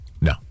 No